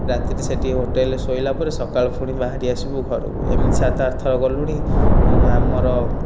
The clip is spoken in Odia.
ରାତିରେ ସେଇଠି ହୋଟେଲରେ ଶୋଇଲାପରେ ସକାଳୁ ପୁଣି ବାହାରି ଆସିବୁ ଘରକୁ ଏମିତି ସାତ ଆଠ ଥର ଗଲୁଣି ଆମର